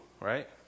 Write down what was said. right